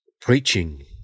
preaching